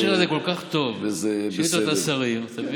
המכשיר הזה כל כך טוב, שאילתות לשרים, אתה מבין?